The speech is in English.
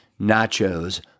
nachos